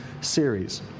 series